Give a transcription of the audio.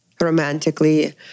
romantically